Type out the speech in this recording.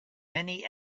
many